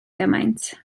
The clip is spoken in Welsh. gymaint